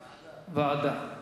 ועדה,